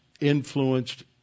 influenced